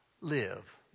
Live